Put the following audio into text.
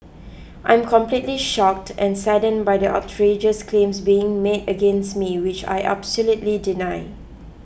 I'm completely shocked and saddened by the outrageous claims being made against me which I